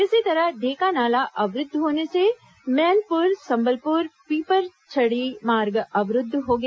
इसी तरह ढेका नाला अवरुद्ध होने से मैनपुर संबलपुर पीपर छड़ी मार्ग अवरुद्ध हो गया